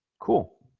cool